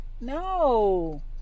no